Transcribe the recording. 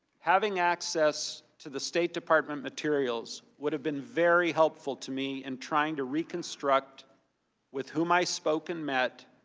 having access to the state department materials would have been very helpful to me in and trying to reconstruct with whom i spoke and met,